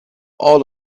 all